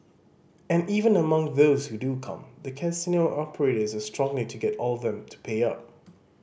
and even among those who do come the casino operators are struggling to get all of them to pay up